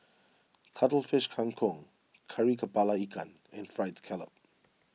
Cuttlefish Kang Kong Kari Kepala Ikan and Fried Scallop